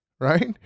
right